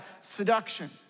seduction